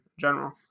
general